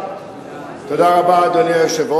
(תיקון, תיקון ליקויי בטיחות בדרכים),